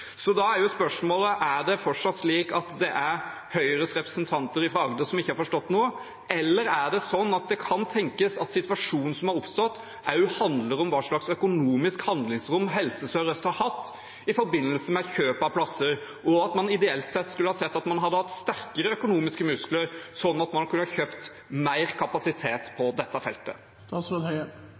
Da er spørsmålet: Er det fortsatt slik at det er Høyres representanter fra Agder som ikke har forstått noe, eller kan det tenkes at situasjonen som har oppstått, også handler om hva slags økonomisk handlingsrom Helse Sør-Øst har hatt i forbindelse med kjøp av plasser, og at man ideelt sett skulle hatt sterkere økonomiske muskler, slik at man kunne ha kjøpt mer kapasitet på dette